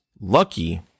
lucky